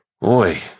Boy